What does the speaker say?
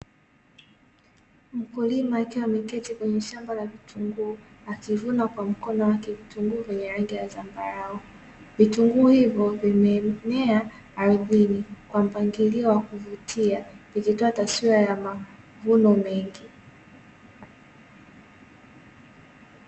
Mkulima akiwa ameketi kwenye shamba la vitunguu, akivuna kwa mkono wake vitunguu vyenye rangi ya zambarau. Vitunguu hivyo vimeenea ardhini kwa mpangilio wa kuvutia, vikitoa taswira ya mavuno mengi.